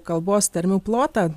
kalbos tarmių plotą